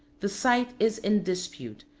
the site is in dispute,